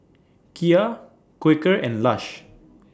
Kia Quaker and Lush